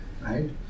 right